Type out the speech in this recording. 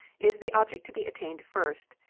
is the object to be attained first,